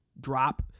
Drop